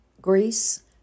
Greece